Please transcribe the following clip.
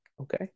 Okay